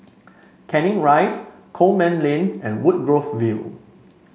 Canning Rise Coleman Lane and Woodgrove View